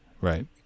Right